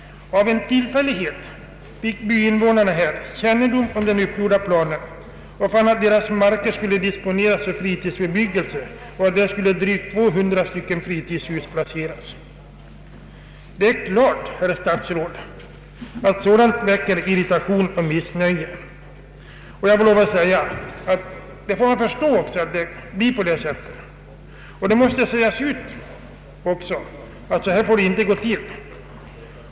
Av en tillfällighet fick byinvånarna kännedom om den uppgjorda planen och fann att deras marker skulle disponeras för fritidsbebyggelse och att drygt 200 fritidshus skulle placeras där. Det är naturligt, herr statsråd, att sådant väcker irritation och missnöje. Det måste sägas ut att det inte får gå till på detta sätt.